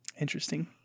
Interesting